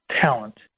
talent